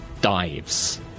dives